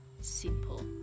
simple